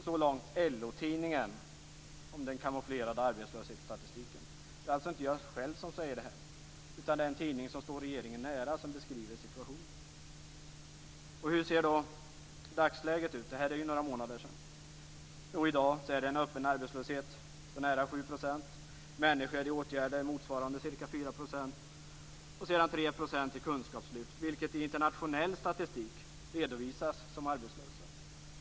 Så långt LO-tidningen om den kamouflerade arbetslöshetsstatistiken. Det är alltså inte jag själv som säger detta, utan det är en tidning som står regeringen nära som beskriver situationen. Hur ser då dagsläget ut. Det här är ju några månader sedan. Jo, i dag är det en öppen arbetslöshet på nära 7 %, antalet människor i åtgärder motsvarar ca 4 % och sedan finns 3 % i kunskapslyftet. I internationell statistik redovisas dessa som arbetslösa.